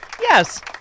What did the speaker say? Yes